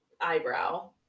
eyebrow